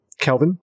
Kelvin